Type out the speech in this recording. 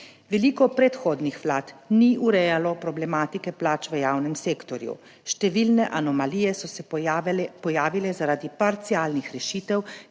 Veliko predhodnih vlad ni urejalo problematike plač v javnem sektorju. Številne anomalije so se pojavile zaradi parcialnih rešitev,